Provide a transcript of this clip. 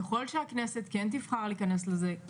ככל שהכנסת תבחר להיכנס לזה,